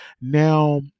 Now